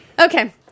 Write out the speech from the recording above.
Okay